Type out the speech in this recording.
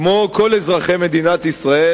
כמו כל אזרחי מדינת ישראל,